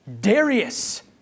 Darius